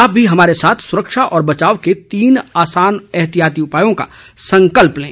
आप भी हमारे साथ सुरक्षा और बचाव के तीन आसान एहतियाती उपायों का संकल्प लें